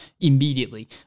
immediately